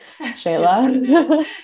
Shayla